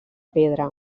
pedra